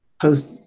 post